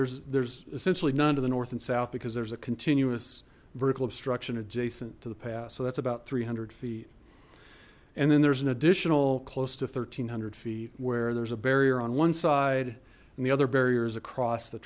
there's there's essentially none to the north and south because there's a continuous vertical obstruction adjacent to the past so that's about three hundred feet and then there's an additional close to one three hundred feet where there's a barrier on one side and the other barriers across the